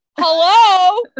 hello